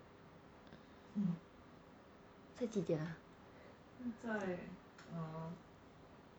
现在几点啊